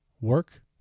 Work